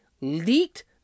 leaked